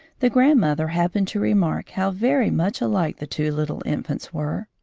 the grandmother happened to remark how very much alike the two little infants were.